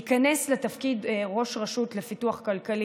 ייכנס לתפקיד ראש הרשות לפיתוח כלכלי